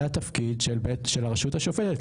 זה התפקיד של הרשות השופטת,